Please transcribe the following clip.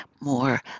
more